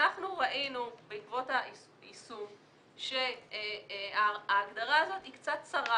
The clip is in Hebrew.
אנחנו ראינו בעקבות היישום שההגדרה הזאת היא קצת צרה,